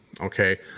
Okay